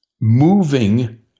moving